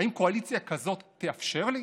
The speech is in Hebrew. האם קואליציה כזאת תאפשר לי?